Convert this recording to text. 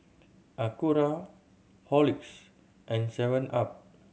Acura Horlicks and seven up